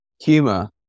Humor